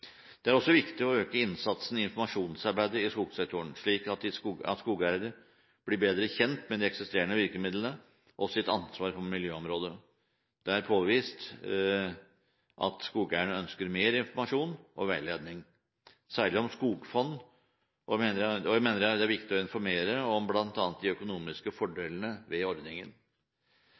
Det er også viktig å øke innsatsen i informasjonsarbeidet i skogsektoren, slik at skogeiere blir bedre kjent med de eksisterende virkemidlene og sitt ansvar på miljøområdet. Det er påvist at skogeierne ønsker mer informasjon og veiledning, særlig om skogfondsordningen. Jeg mener det er viktig å informere om bl.a. de økonomiske fordelene ved ordningen.